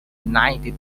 united